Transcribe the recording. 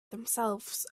themselves